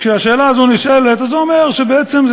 כשהשאלה הזאת נשאלת זה אומר שבעצם זה